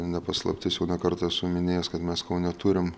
ne paslaptis jau ne kartą esu minėjęs kad mes neturim